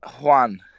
Juan